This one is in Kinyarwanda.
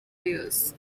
yose